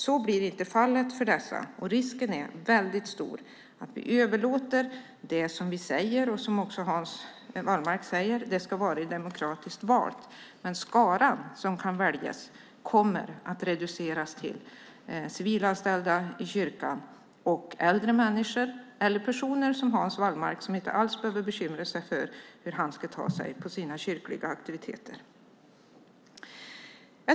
Så blir inte fallet för dessa, och risken är stor att vi överlåter det som vi, och även Hans Wallmark, säger ska vara demokratiskt valt. Skaran som kan väljas in kommer att reduceras till att omfatta civilanställda i kyrkan, äldre människor och sådana som Hans Wallmark, som inte behöver bekymra sig om hur de ska ta sig till sina kyrkliga aktiviteter.